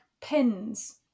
pins